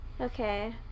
Okay